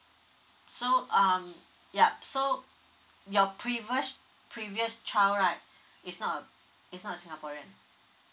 so um yup so your previous previous child right it's not uh it's not a singaporean